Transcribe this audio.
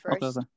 first